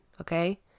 okay